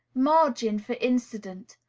margin for accident.